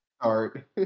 start